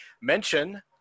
Mention